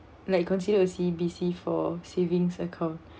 like you consider O_C_B_C for savings account